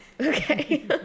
Okay